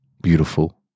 Beautiful